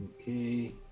Okay